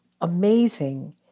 amazing